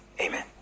Amen